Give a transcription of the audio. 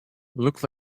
look